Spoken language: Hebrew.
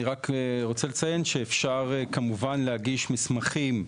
אני רק רוצה לציין שאפשר כמובן להגיש מסמכים,